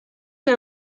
que